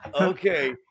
Okay